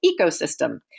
ecosystem